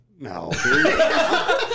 No